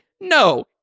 No